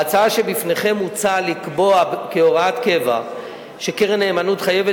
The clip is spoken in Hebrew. בהצעה שבפניכם מוצע לקבוע כהוראת קבע שקרן נאמנות חייבת